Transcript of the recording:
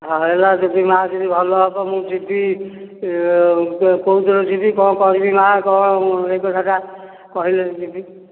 ହଁ ହେଲା ଯଦି ମା' ଯଦି ଭଲ ହେବ ମୁଁ ଯିବି ଯେଉଁ ଦିନ ଯିବ କ'ଣ କରିବି ମା' କୁହ ଏ କଥାଟା କହିଲେ ଯିବି